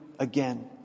again